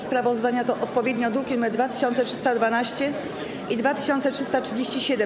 Sprawozdania to odpowiednio druki nr 2312 i 2337.